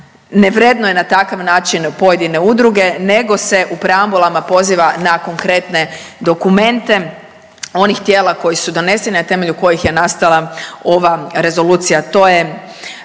ne vrednuje na takav način pojedine udruge nego se u preambulama poziva na konkretne dokumente onih tijela koji su doneseni, a na temelju kojih je nastala ova rezolucija.